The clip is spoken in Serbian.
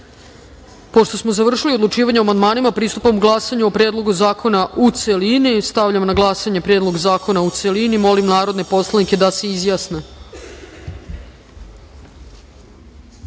smo završili odlučivanje o amandmanima pristupamo glasanju o Predlogu zakona u celini. Stavljam na glasanje Predlog zakona, u celini. Molim narodne poslanike da se